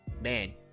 Man